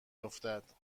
افتد